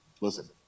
listen